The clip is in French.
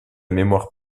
mémoire